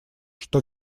что